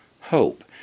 hope